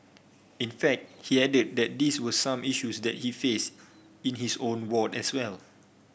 in fact he added that these were some issues that he faced in his own ward as well